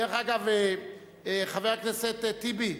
דרך אגב, חבר הכנסת טיבי.